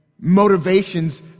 motivations